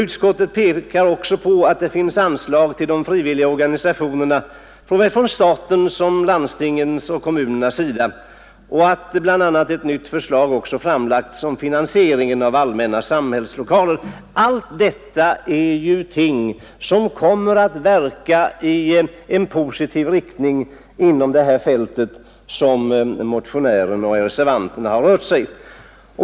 Utskottet pekar vidare på att det finns anslag till de frivilliga organisationerna från såväl staten som kommunerna och landstingen. Förslag har också framlagts om finansiering av allmänna samlingslokaler. Allt detta kommer att verka i positiv riktning inom det fält där motionären och reservanterna har rört sig.